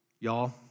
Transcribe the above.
Y'all